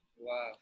Wow